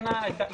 כולל הליך חקיקה.